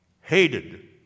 hated